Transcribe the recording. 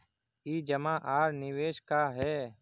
ई जमा आर निवेश का है?